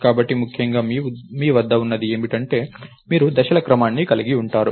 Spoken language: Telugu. కాబట్టి ముఖ్యంగా మీ వద్ద ఉన్నది ఏమిటంటే మీరు దశల క్రమాన్ని కలిగి ఉన్నారు